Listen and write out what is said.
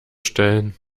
stellen